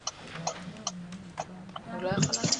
להבין,